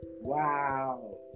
Wow